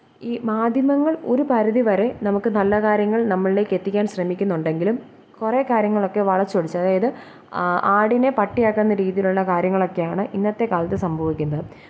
ഈ മാധ്യമങ്ങള് ഒരു പരിധി വരെ നമുക്ക് നല്ല കാര്യങ്ങള് നമ്മളിലേക്ക് എത്തിക്കാന് ശ്രമിക്കുന്നുണ്ടെങ്കിലും കുറേ കാര്യങ്ങളൊക്കെ വളച്ചൊടിച്ച് അതായത് ആടിനെ പട്ടിയാക്കുന്ന രീതിയിലുള്ള കാര്യങ്ങളൊക്കെയാണ് ഇന്നത്തെ കാലത്ത് സംഭവിക്കുന്നത്